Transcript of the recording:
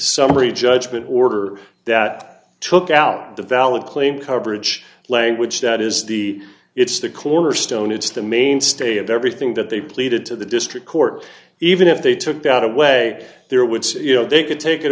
summary judgment order that took out the valid claim coverage language that is the it's the cornerstone it's the mainstay of everything that they pleaded to the district court even if they took that away there would say you know they could